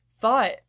thought